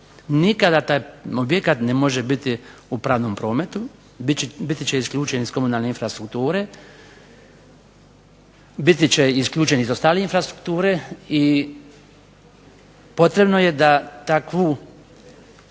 nikada ne može biti u pravnom prometu, biti će isključen iz komunalne infrastrukture, biti će isključen iz ostale infrastrukture i potrebno je da takvo